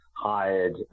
hired